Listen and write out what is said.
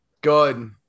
Good